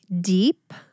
deep